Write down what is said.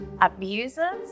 abusers